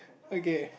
okay